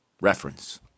reference